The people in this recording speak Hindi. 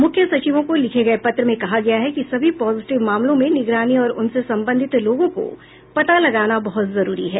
मुख्य सचिवों को लिखे गये पत्र में कहा गया है कि सभी पॉजेटिव मामलों में निगरानी और उनसे संबंधित लोगों को पता लगाना बहुत जरूरी है